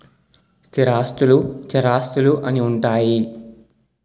స్థిరాస్తులు చరాస్తులు అని ఉంటాయి